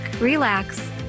relax